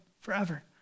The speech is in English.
forever